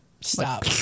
Stop